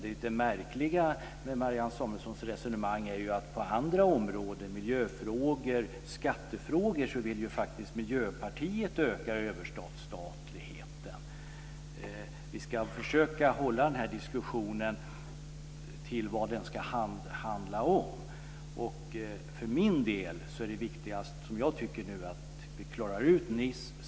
Det märkliga med Marianne Samuelssons resonemang är ju att Miljöpartiet på andra områden, när det gäller miljöfrågor och skattefrågor, faktiskt vill öka överstatligheten. Vi ska i denna diskussion försöka hålla oss till vad den ska handla om. Och det som jag tycker är viktigast nu är att vi klarar av mötet i Nice.